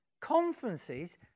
conferences